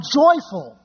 joyful